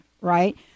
right